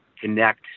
connect